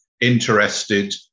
interested